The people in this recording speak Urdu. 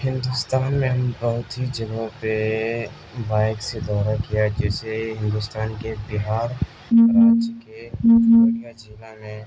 ہندوستان میں ہم بہت ہی جگہوں پہ بائک سے دورہ کیا جیسے ہندوستان کے بہار راج کے ارریا ضلع میں